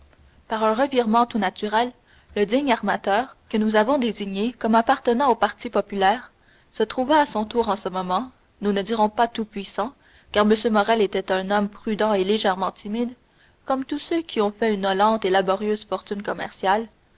par un revirement tout naturel le digne armateur que nous avons désigné comme appartenant au parti populaire se trouva à son tour en ce moment nous ne dirons pas tout-puissant car m morrel était un homme prudent et légèrement timide comme tous ceux qui ont fait une lente et laborieuse fortune commerciale